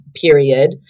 period